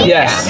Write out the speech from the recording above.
Yes